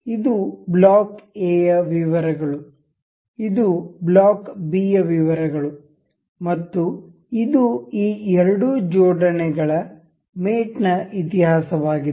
ಇದು block A ಯ ವಿವರಗಳು ಇದು ಬ್ಲಾಕ್ ಬಿ ಯ ವಿವರಗಳು ಮತ್ತು ಇದು ಈ ಎರಡು ಜೋಡಣೆಗಳ ಮೇಟ್ ನ ಇತಿಹಾಸವಾಗಿದೆ